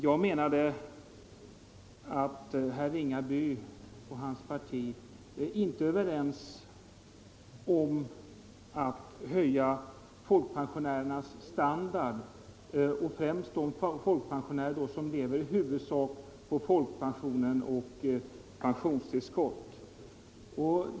Jag menade att herr Ringaby och hans parti inte är ense med de andra borgerliga partierna om att höja folkpensionärernas standard och då främst för dem som lever i huvudsak på folkpension och pensionstillskott.